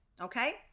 Okay